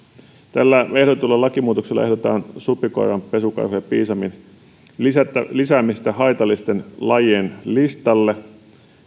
ehdotetulla lakimuutoksella ehdotetaan supikoiran pesukarhun ja piisamin lisäämistä haitallisten lajien listalle